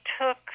took